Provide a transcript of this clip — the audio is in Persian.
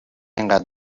اینقدر